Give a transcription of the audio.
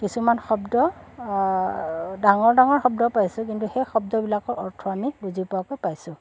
কিছুমান শব্দ ডাঙৰ ডাঙৰ শব্দ পাইছোঁ কিন্তু সেই শব্দবিলাকৰ অৰ্থ আমি বুজি পোৱাকৈ পাইছোঁ